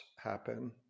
happen